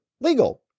Legal